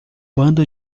bando